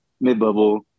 Mid-bubble